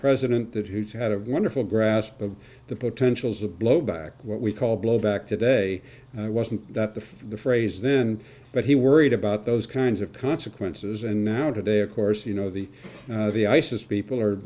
president that he had a wonderful grasp of the potentials of blowback what we call blowback today wasn't that the phrase then but he worried about those kinds of consequences and now today of course you know the the isis people are